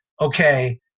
okay